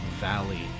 valley